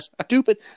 stupid